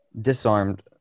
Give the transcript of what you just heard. disarmed